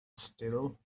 still